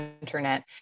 internet